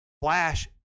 flash